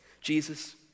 Jesus